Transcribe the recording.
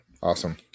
Awesome